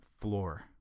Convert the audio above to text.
floor